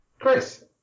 Chris